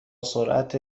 سرعت